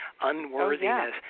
unworthiness